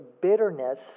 bitterness